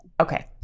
Okay